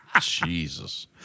Jesus